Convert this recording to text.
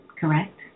correct